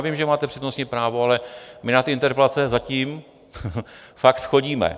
Vím, že máte přednostní právo, ale my na ty interpelace zatím fakt chodíme.